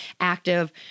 active